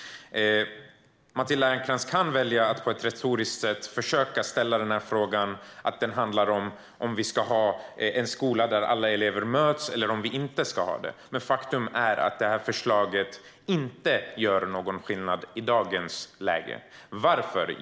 Matilda Ernkrans kan välja att på ett retoriskt sätt försöka att göra den här frågan till att den handlar om ifall vi ska ha en skola där elever möts eller om vi inte ska ha det. Faktum är att det här förslaget inte gör någon skillnad i dagens läge. Varför?